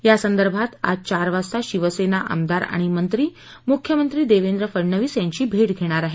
यासंदर्भात आज चार वाजता शिवसेना आमदार मुख्यमंत्री देवेंद्र फडणवीस यांची भे धेणार आहेत